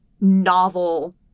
novel